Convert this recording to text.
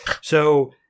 So-